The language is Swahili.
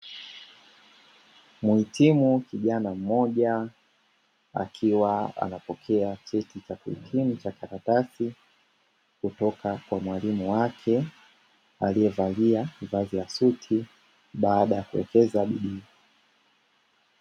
Mhitimu Kijana mmoja akiwa anapokea cheti cha kuhitimu cha karatasi kutoka kwa mwalimu wake aliyevalia vazi la suti baada ya kuwekeza bidii.